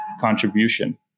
contribution